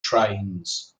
trains